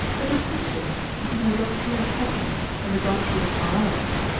the distinction between the doctrine of happiness and the doctrine of morality,